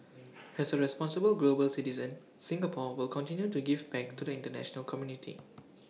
as A responsible global citizen Singapore will continue to give back to the International community